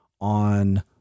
on